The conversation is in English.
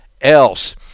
else